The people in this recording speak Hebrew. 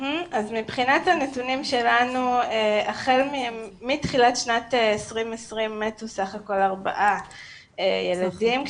מתחילת הנתונים שלנו החל מתחילת שנת 2020 מתו סך הכול ארבעה ילדים,